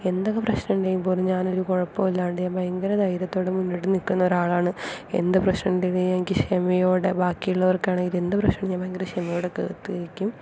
എന്തൊക്കെ പ്രശ്നം ഉണ്ടെങ്കിൽ പോലും ഞാൻ ഒരു കുഴപ്പവും ഇല്ലാണ്ട് ഭയങ്കര ധൈര്യത്തോടു മുന്നോട്ട് നിൽക്കുന്ന ഒരാളാണ് എന്ത് പ്രശ്നം ഉണ്ടെങ്കിൽ എനിക്ക് ക്ഷമയോടെ ബാക്കി ഉള്ളവർക്ക് ആണെങ്കിലും എന്ത് പ്രശ്നമാണെങ്കിലും ഭയങ്കര ക്ഷമയോടെ കേട്ടുനിൽക്കും